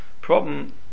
problem